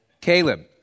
Caleb